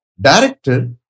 Director